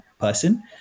person